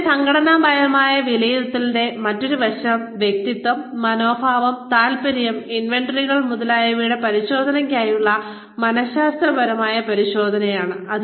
പിന്നെ സംഘടനാപരമായ വിലയിരുത്തലിന്റെ മറ്റൊരു വശം വ്യക്തിത്വം മനോഭാവം താൽപ്പര്യം ഇൻവെന്ററികൾ മുതലായവയുടെ പരിശോധനയ്ക്കായിയുള്ള മനഃശാസ്ത്രപരമായ പരിശോധനയാണ്